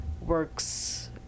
works